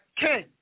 king